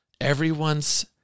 everyone's